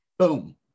Boom